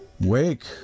Wake